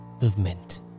movement